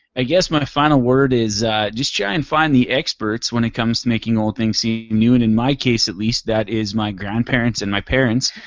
i guess my final word is just try to and find the experts when it comes to making old things seem new and in my case at least that is my grandparents and my parents.